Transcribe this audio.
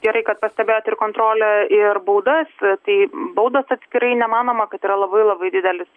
gerai kad pastebėjot ir kontrolę ir baudas tai baudos atskirai nemanoma kad yra labai labai didelis